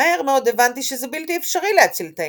מהר מאוד הבנתי שזה בלתי אפשרי להציל את האנושות".